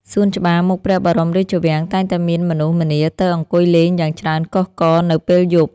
សួនច្បារមុខព្រះបរមរាជវាំង តែងតែមានមនុស្សម្នាទៅអង្គុយលេងយ៉ាងច្រើនកុះករនៅពេលយប់។